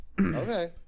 Okay